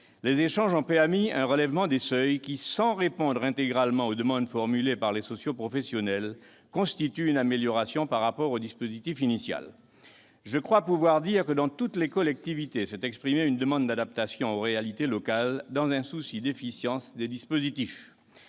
Les échanges ont abouti à un relèvement des seuils qui, sans répondre intégralement aux demandes formulées par les socioprofessionnels, constitue une amélioration par rapport au dispositif initial. Je crois pouvoir dire que toutes les collectivités ont exprimé un besoin d'adaptation aux réalités locales, dans un souci d'efficience des dispositifs.